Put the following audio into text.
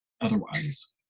otherwise